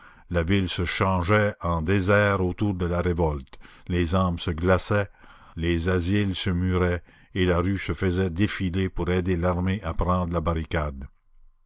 la ville se changeait en désert autour de la révolte les âmes se glaçaient les asiles se muraient et la rue se faisait défilé pour aider l'armée à prendre la barricade